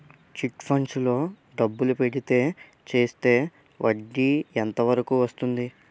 Chit funds లో డబ్బులు పెడితే చేస్తే వడ్డీ ఎంత వరకు వస్తుంది?